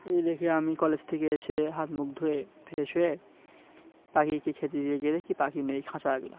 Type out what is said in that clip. এই দেখে আমি কলেজ থেকে এসে হাত মুখ ধুয়ে ফ্রেশ হয়ে পাখিকে খেতে দিয়ে গেলে কি পাখি নেই খঁচা লাগলাম